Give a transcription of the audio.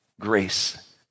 grace